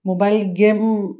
mobile game